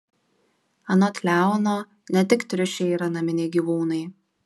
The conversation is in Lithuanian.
anot leono ne tik triušiai yra naminiai gyvūnai